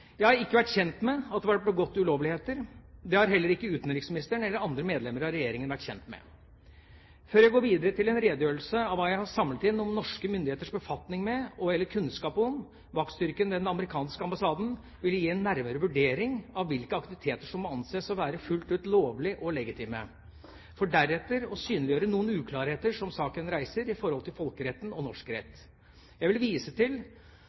ulovligheter. Det har heller ikke utenriksministeren eller andre medlemmer av regjeringa vært kjent med. Før jeg går videre til en redegjørelse av hva jeg har samlet inn om norske myndigheters befatning med og/eller kunnskap om vaktstyrken ved den amerikanske ambassaden, vil jeg gi en nærmere vurdering av hvilke aktiviteter som må anses å være fullt ut lovlige og legitime, for deretter å synliggjøre noen uklarheter som saken reiser i forhold til folkeretten og norsk rett. Jeg vil vise til